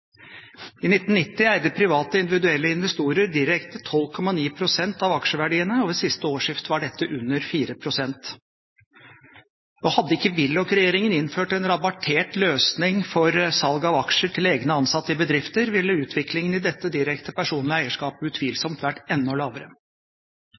I 1990 eide private, individuelle investorer direkte 12,9 pst. av aksjeverdiene, og ved siste årsskifte var dette under 4 pst. Hadde ikke Willoch-regjeringen innført en rabattert løsning for salg av aksjer til egne ansatte i bedrifter, ville utviklingen i dette direkte personlige eierskapet